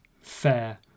fair